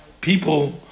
people